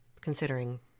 Considering